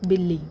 ਬਿੱਲੀ